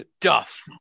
Duff